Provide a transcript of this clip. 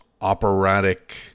operatic